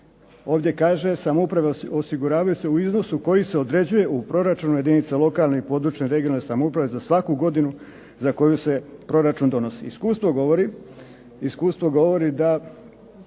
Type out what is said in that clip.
Ovdje kaže samouprave osiguravaju se u iznosu koji se određuje u proračunu jedinice lokalne i područne (regionalne) samouprave za svaku godinu za koju se proračun donosi. Iskustvo govori da